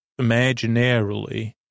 imaginarily